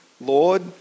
Lord